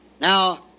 now